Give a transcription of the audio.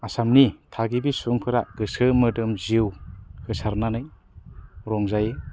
आसामनि थागिरि सुबुंफोरा गोसो मोदोम जिउ होसारनानै रंजायो